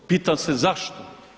Pitam se zašto?